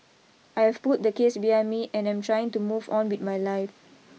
I have put the case behind me and I'm trying to move on with my life